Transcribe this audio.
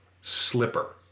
slipper